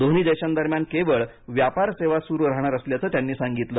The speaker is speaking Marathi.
दोन्ही देशांदरम्यान केवळ व्यापार सेवा सुरु राहणार असल्याचं त्यांनी सांगितलं